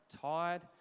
tired